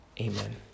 amen